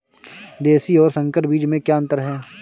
देशी और संकर बीज में क्या अंतर है?